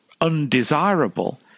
undesirable